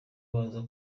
baza